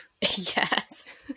yes